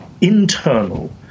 internal